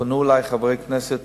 שפנו אלי חברי כנסת